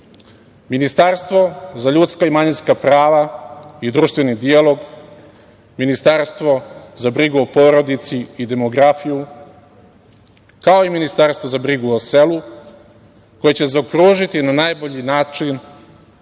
Ministarstvo za ljudska i manjinska prava i društveni dijalog, Ministarstvo za brigu o porodici i demografiju, kao i Ministarstvo za brigu o selu koje će zaokružiti na najbolji način